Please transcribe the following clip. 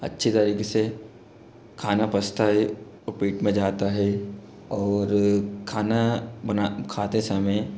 अच्छी तरीके से खाना पचता है और पेट में जाता है और खाना बना खाते समय